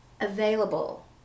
available